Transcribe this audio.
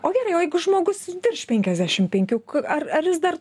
o gerai o jeigu žmogus virš penkiasdešim penkių ar ar jis dar